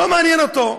לא מעניין אותו,